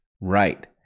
right